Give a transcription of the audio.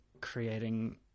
creating